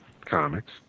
Comics